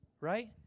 right